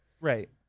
Right